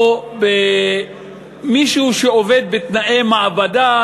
או מישהו שעובד בתנאי מעבדה,